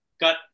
got